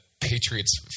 Patriots